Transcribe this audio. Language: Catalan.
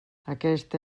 aquesta